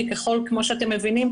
כמו שאתם מבינים,